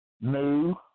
new